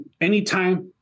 anytime